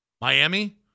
Miami